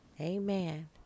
amen